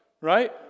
right